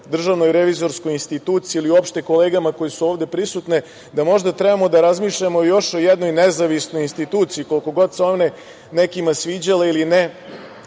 jedan predlog DRI ili uopšte kolegama koje su ovde prisutne da možda trebamo da razmišljamo još o jednoj nezavisnoj instituciji, koliko god se one nekim sviđale ili ne.